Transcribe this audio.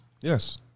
Yes